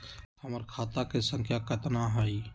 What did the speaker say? हमर खाता के सांख्या कतना हई?